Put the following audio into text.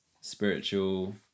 spiritual